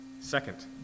Second